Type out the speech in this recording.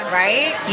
right